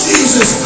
Jesus